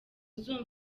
uzumva